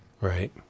Right